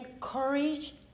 courage